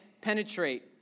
penetrate